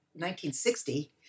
1960